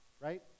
Right